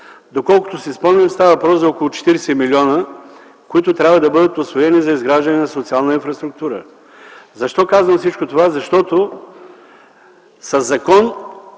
Доколкото си спомням, става въпрос за около 40 млн., които трябва да бъдат усвоени за изграждане на социална инфраструктура. Казвам всичко това, защото със закон